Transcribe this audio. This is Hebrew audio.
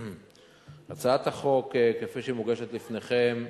הצעת החוק, כפי שהיא מוגשת לפניכם,